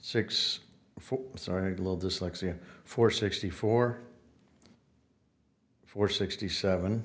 for sorry little dyslexia for sixty four for sixty seven